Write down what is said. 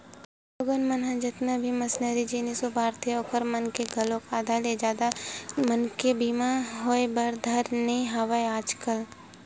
लोगन मन ह जतका भी मसीनरी जिनिस बउरथे ओखर मन के घलोक आधा ले जादा मनके बीमा होय बर धर ने हवय आजकल